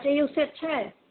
अच्छा ये उस से अच्छा है